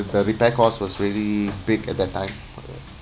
the repair costs was really big at that time uh